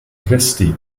christi